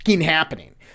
happening